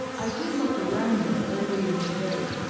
i did look around there earlier today.